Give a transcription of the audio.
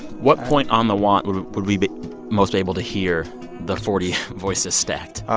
what point on the want would would we be most able to hear the forty voices stacked?